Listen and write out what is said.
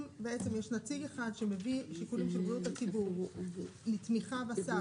אם יש נציג אחד שמביא שיקולים של בריאות הציבור לתמיכה בשר,